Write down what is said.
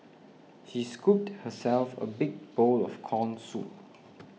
she scooped herself a big bowl of Corn Soup